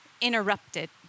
interrupted